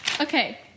Okay